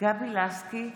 גבי לסקי,